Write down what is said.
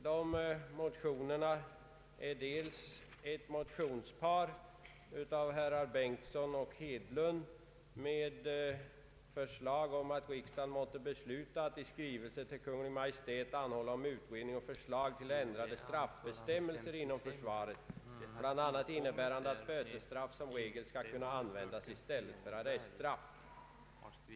Det gäller här dels ett motionspar av herrar Bengtson och Hedlund med förslag om att riksdagen måtte besluta att i skrivelse till Kungl. Maj:t anhålla om utredningoch förslag till ändrade straffbestämmelser inom försvaret, bl.a. innebärande att bötesstraff som regel skall kunna användas i stället för arreststraff.